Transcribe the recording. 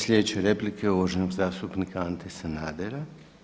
Sljedeća replika je uvaženog zastupnika Ante Sanadera.